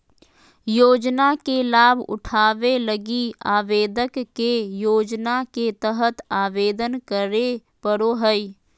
योजना के लाभ उठावे लगी आवेदक के योजना के तहत आवेदन करे पड़ो हइ